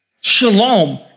Shalom